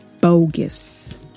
bogus